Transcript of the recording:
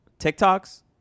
TikToks